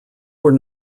were